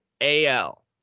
AL